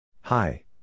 Hi